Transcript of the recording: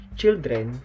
children